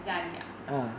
家里面 ah